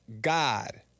God